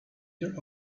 their